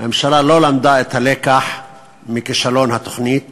הממשלה לא למדה את הלקח מכישלון התוכנית